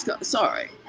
sorry